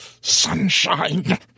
sunshine